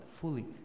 fully